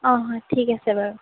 অঁ হয় ঠিক আছে বাৰু